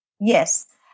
Yes